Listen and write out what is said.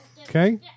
Okay